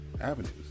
avenues